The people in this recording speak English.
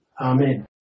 Amen